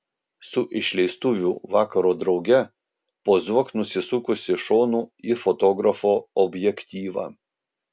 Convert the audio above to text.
su išleistuvių vakaro drauge pozuok nusisukusi šonu į fotografo objektyvą